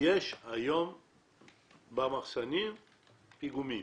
יש היום במחסנים פיגומים.